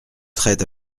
trait